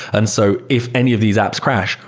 and so if any of these apps crash,